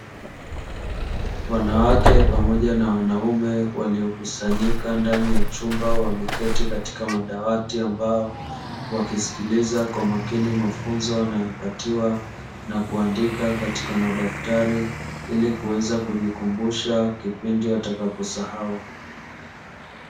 Wanawake pamoja na wanaume waliokusanyika ndani ya chumba wameketi katika madawati ambao wakisikiliza kwa makini mafunzo wanayopatiwa na kuandika katika madaftari ili kuweza kujikumbusha kipindi watakaposahau.